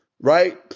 Right